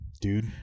dude